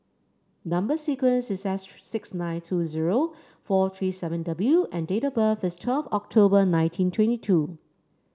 number sequence is six nine two zero four three seven W and date of birth is twelve October nineteen twenty two